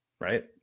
right